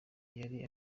yari